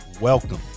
Welcome